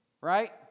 Right